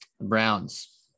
Browns